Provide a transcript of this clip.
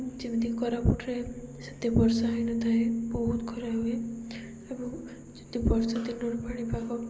ଯେମିତି କୋରାପୁଟରେ ସେତେ ବର୍ଷା ହୋଇନଥାଏ ବହୁତ ଖରା ହୁଏ ଏବଂ ଯଦି ବର୍ଷା ଦିନର ପାଣିପାଗ